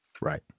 Right